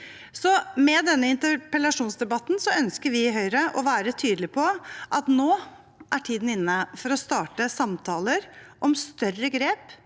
Med denne interpellasjonsdebatten ønsker vi i Høyre å være tydelige på at nå er tiden inne for å starte samtaler om større grep